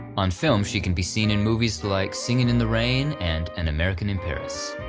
on film she can be seen in movies like singing in the rain, and an american in paris.